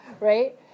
Right